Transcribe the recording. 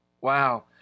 Wow